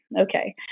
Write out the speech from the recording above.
Okay